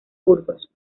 burgos